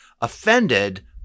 offended